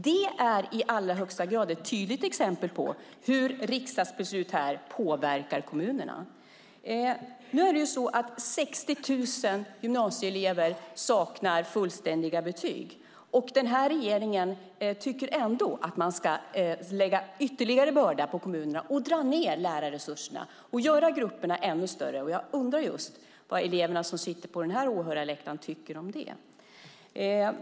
Det är i allra högsta grad ett tydligt exempel på hur riksdagsbeslut påverkar kommunerna. Det är 60 000 gymnasieelever som saknar fullständiga betyg. Den här regeringen tycker trots det att man ska lägga ytterligare börda på kommunerna och dra ned lärarresurserna och göra grupperna ännu större. Jag undrar just vad eleverna som sitter på åhörarläktaren här tycker om det.